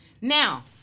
Now